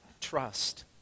trust